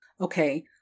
Okay